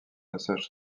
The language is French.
passages